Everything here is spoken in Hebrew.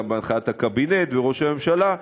גם בהנחיית הקבינט וראש הממשלה,